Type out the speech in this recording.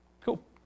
Cool